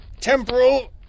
temporal